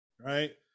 Right